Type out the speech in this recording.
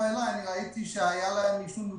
הובאה אלי אני ראיתי שהיה להם אישור ניהול